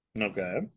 okay